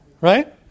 Right